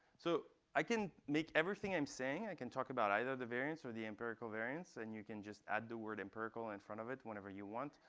so i can make everything i'm saying, i can talk about either the variance or the empirical variance. and you can just add the word empirical in front of it whenever you want.